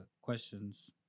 questions